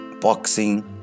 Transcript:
boxing